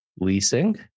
leasing